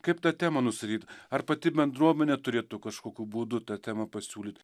kaip tą temą nustatyt ar pati bendruomenė turėtų kažkokiu būdu tą temą pasiūlyt